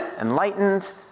enlightened